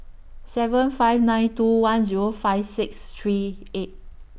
seven five nine two one Zero five six three eight